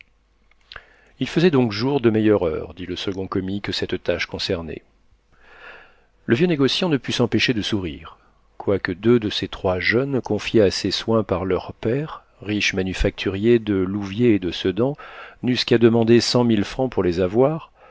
il faisait donc jour de meilleure heure dit le second commis que cette tâche concernait le vieux négociant ne put s'empêcher de sourire quoique deux de ces trois jeunes gens confiés à ses soins par leurs pères riches manufacturiers de louviers et sedan n'eussent qu'à demander cent mille francs pour les avoir